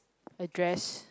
address